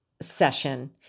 session